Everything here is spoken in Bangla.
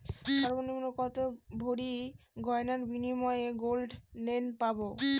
সর্বনিম্ন কত ভরি গয়নার বিনিময়ে গোল্ড লোন পাব?